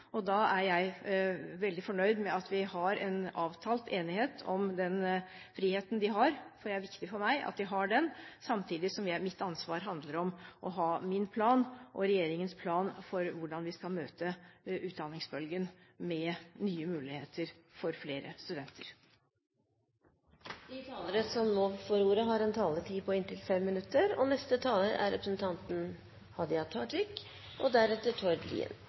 Da er jeg veldig fornøyd med at vi har en avtalt enighet om den friheten de har, for det er viktig for meg at de har den, samtidig som mitt ansvar handler om å ha min plan og regjeringens plan for hvordan vi skal møte utdanningsbølgen med nye muligheter for flere studenter. Jeg vil gjerne takke representanten Skei Grande for å sette studentenes situasjon og institusjonenes handlingsrom på dagsordenen. Jeg opplever at dette er